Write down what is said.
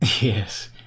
Yes